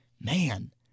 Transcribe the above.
man